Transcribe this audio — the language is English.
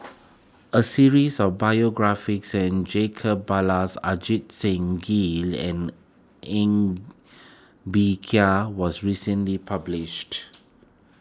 a series of biographies Jacob Ballas Ajit Singh Gill and Ng Bee Kia was recently published